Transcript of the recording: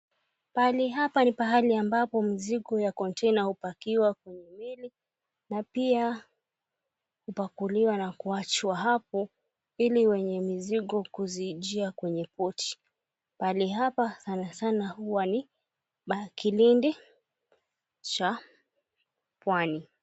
Pahali hapa ni pahali ambapo mizigo ya konteina hupakiwa kwenye meli na pia kupakuliwa na kuachwa hapo ili wenye mizigo kuzijia kwenye poti. Pahali hapa sana sana huwa ni kilindi cha Pwani.